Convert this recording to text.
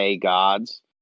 gods